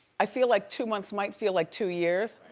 i feel like two months might feel like two years.